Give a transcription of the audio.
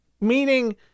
Meaning